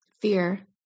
Fear